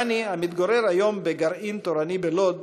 דני, המתגורר היום בגרעין תורני בלוד,